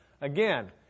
again